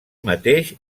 mateix